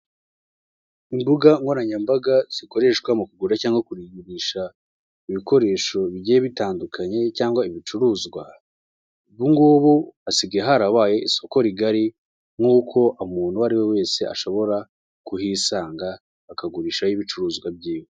Imbuga nkoranyambaga zikoreshwa mu kugura cyangwa kugurisha ibikoresho bigiye bitandukanye cyangwa ibicuruzwa, ubu ngubu hasigaye harabaye isoko rigari nk'uko umuntu uwo ari we wese, ashobora kuhisanga akagurishaho ibicuruzwa by'iwe.